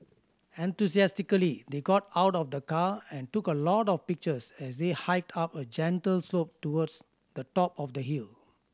enthusiastically they got out of the car and took a lot of pictures as they hiked up a gentle slope towards the top of the hill